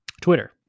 Twitter